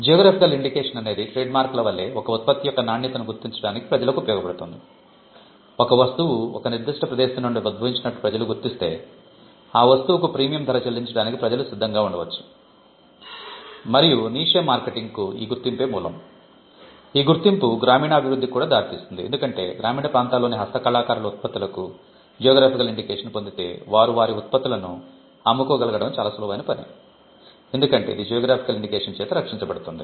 geographical indication చేత రక్షించబడుతుంది